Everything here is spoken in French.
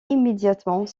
immédiatement